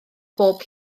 bob